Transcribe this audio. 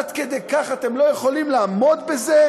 עד כדי כך אתם לא יכולים לעמוד בזה?